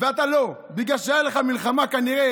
ואתה, לא, בגלל שכנראה הייתה לך מלחמה בנשיאות